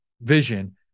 vision